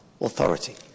authority